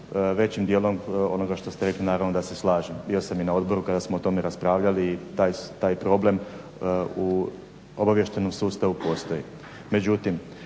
većim dijelom onoga što ste rekli naravno da se slažem. Bio sam i na odboru kada smo o tome raspravljati i taj problem u obavještajnom sustavu postoji.